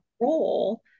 role